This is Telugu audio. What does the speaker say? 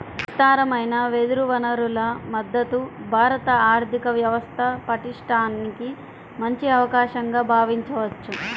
విస్తారమైన వెదురు వనరుల మద్ధతు భారత ఆర్థిక వ్యవస్థ పటిష్టానికి మంచి అవకాశంగా భావించవచ్చు